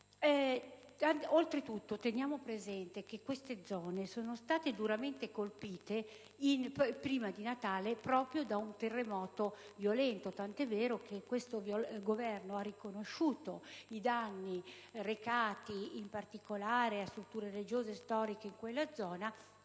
Oltretutto bisogna tener presente che queste zone sono state duramente colpite prima di Natale proprio da un terremoto violento, tant'è vero che questo Governo ha riconosciuto i danni subiti in particolare dalle strutture religiose e storiche di quella zona,